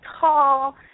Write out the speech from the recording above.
tall